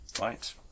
right